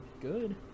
good